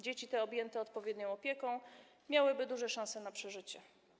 Dzieci te, objęte odpowiednią opieką, miałyby duże szanse na przeżycie.